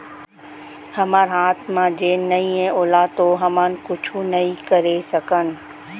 हमर हाथ म जेन नइये ओला तो हमन कुछु नइ करे सकन